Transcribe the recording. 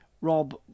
Rob